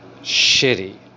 shitty